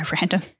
random